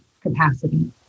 capacity